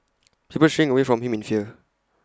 people shrink away from him in fear